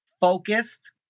focused